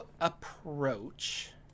approach